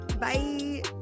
bye